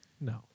no